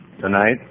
tonight